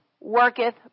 worketh